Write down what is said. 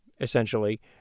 essentially